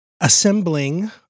assembling